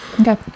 okay